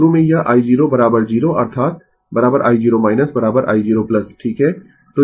Refer Slide Time 2313 तो शुरू में यह i0 0 अर्थात i0 i0 ठीक है